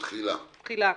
תחילה.